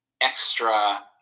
extra